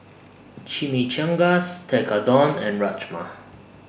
Chimichangas Tekkadon and Rajma